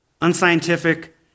unscientific